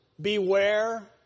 beware